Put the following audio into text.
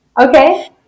Okay